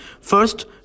first